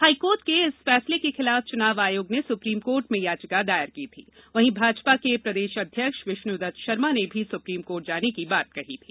high court के इस फैसले के खिलाफ चुनाव आयोग ने सुप्रीम कोर्ट में याचिका दायर की थी वहीं भाजपा के प्रदेश अध्यक्ष विष्णुदत्त शर्मा ने भी सुप्रीम कोर्ट जाने की बात कही थी